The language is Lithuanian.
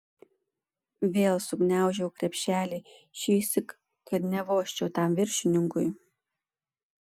vėl sugniaužiau krepšelį šįsyk kad nevožčiau tam viršininkui